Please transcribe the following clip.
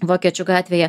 vokiečių gatvėje